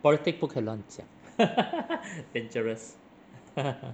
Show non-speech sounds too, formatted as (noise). politics 不可以乱讲 (laughs) dangerous